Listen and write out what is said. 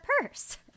purse